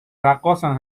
رقاصن